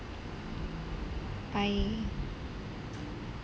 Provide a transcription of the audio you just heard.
bye